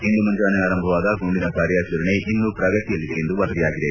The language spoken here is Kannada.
ಇಂದು ಮುಂಜಾನೆ ಆರಂಭವಾದ ಗುಂಡಿನ ಕಾರ್ಯಾಚರಣೆ ಇನ್ನೂ ಪ್ರಗತಿಯಲ್ಲಿದೆ ಎಂದು ವರದಿಯಾಗಿದೆ